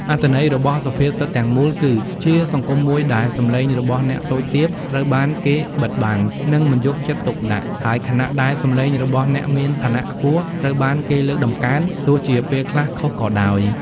អត្ថន័យរបស់សុភាសិតទាំងមូលគឺ ជាសង្គមមួយដែលសំឡេងរបស់អ្នកតូចទាបត្រូវបានគេបិទបាំង និងមិនយកចិត្តទុកដាក់ ហើយខណៈដែលសំឡេងរបស់អ្នកមានឋានៈខ្ពស់ត្រូវបានគេលើកតម្កើង ទោះជាពេលខ្លះខុសក៏ដោយ។